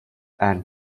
and